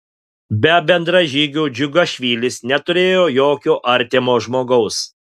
be bendražygių džiugašvilis neturėjo jokio artimo žmogaus